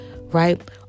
right